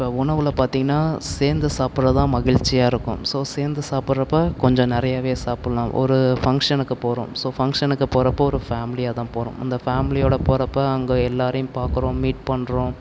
இப்போ உணவில் பார்த்திங்கன்னா சேர்ந்து சாப்பிடுறதுதான் மகிழ்ச்சியாக இருக்கும் ஸோ சேர்ந்து சாப்பிட்றப்ப கொஞ்சம் நிறையவே சாப்பிட்லாம் ஒரு ஃபங்க்ஷனுக்கு போகிறோம் ஸோ ஃபங்க்ஷனுக்கு போகிறப்போ ஒரு ஃபேமிலியாகதான் போகிறோம் அந்த ஃபேமிலியோடு போகிறப்ப அங்கே எல்லோரையும் பார்க்குறோம் மீட் பண்ணுறோம்